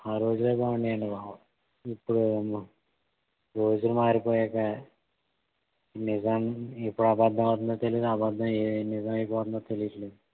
ఆ రోజులే బాగుండేవండి బాబు ఇప్పుడు రోజులు మారిపోయాక నిజం ఎప్పుడు అబద్ధమవుతుందో తెలీదు అబద్దం ఏ నిజం అయిపోతుందో తెలియట్లేదు